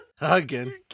again